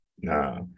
nah